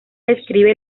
describe